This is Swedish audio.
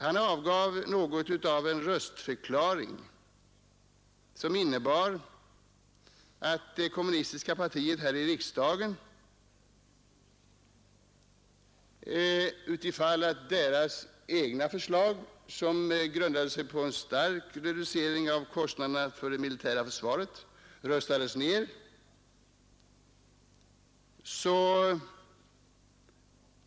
Han avgav — om jag fattade honom rätt — något av en röstförklaring i fråga om hur det kommunistiska partiet skulle ställa sig i voteringen ifall dess egna förslag, som grundar sig på en stark reducering av kostnaderna för det militära försvaret, röstades ned.